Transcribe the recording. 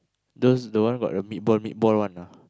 those the one got the meatball meatball one ah